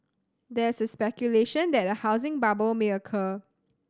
there is speculation that a housing bubble may occur